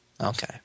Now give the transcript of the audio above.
Okay